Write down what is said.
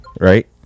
Right